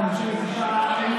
אלימות במשפחה (תיקון,